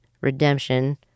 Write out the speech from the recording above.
redemption